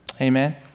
Amen